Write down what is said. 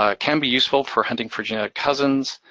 ah can be useful for hunting for genetic cousins.